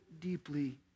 deeply